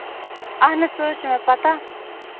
اَہن حظ سُہ حظ چھُ مےٚ پَتاہ